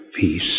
peace